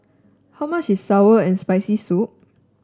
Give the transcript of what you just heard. how much is sour and Spicy Soup